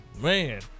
Man